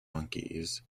monkeys